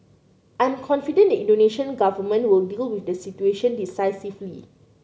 I am confident the Indonesian Government will deal with the situation decisively